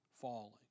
falling